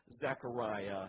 Zechariah